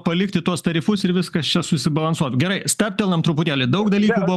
palikti tuos tarifus ir viskas čia susibalansuotų gerai stabtelnam truputėlį daug dalykų buvo